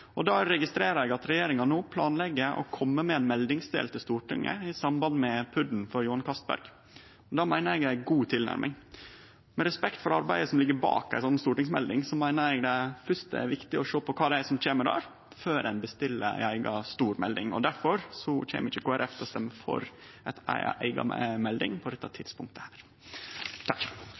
registrerer eg at regjeringa no planlegg å kome med ein meldingsdel til Stortinget i samband med PUD-en for Johan Castberg. Det meiner eg er ei god tilnærming. Med respekt for arbeidet som ligg bak ei slik stortingsmelding, meiner eg det fyrst er viktig å sjå på kva som kjem der, før ein bestiller ei eiga stor melding. Difor kjem ikkje Kristeleg Folkeparti til å stemme for ei eiga melding på dette tidspunktet.